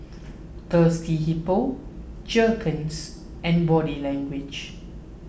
Thirsty Hippo Jergens and Body Language